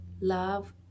Love